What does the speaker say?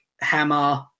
hammer